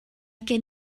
gen